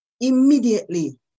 immediately